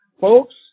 Folks